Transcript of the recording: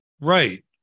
Right